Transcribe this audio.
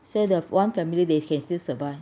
say the one family they can still survive